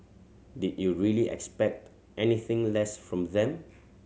did you really expect anything less from them